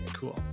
Cool